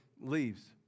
leaves